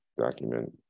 document